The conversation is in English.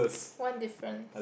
one difference